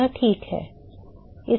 यह ठीक है